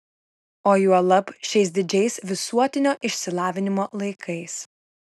o juolab šiais didžiais visuotinio išsilavinimo laikais